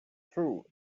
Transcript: true